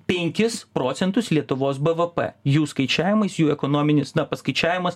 penkis procentus lietuvos bvp jų skaičiavimais jų ekonominis paskaičiavimas